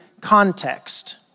context